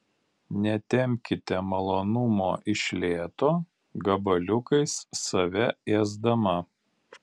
netempkite malonumo iš lėto gabaliukais save ėsdama